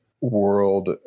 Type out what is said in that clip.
world